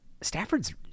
Stafford's